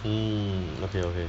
mm okay okay